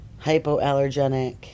hypoallergenic